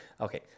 Okay